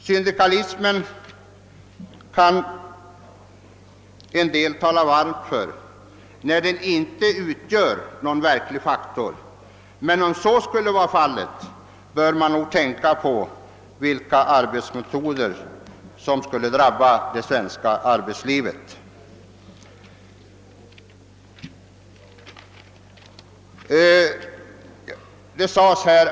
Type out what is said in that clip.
En del kan tala varmt för syndikalismen, så länge den inte utgör någon verklig faktor, men om så skulle bli fallet får man nog erfara vilka arbetsmetoder som det svenska arbetslivet skulle drabbas av.